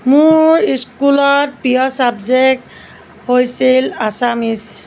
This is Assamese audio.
মোৰ স্কুলত প্ৰিয় চাবজেক্ট হৈছিল আচামিজ